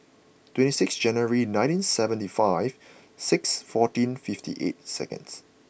twenty six January nineteen seventy five six fourteen fifty eight seconds